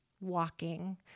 walking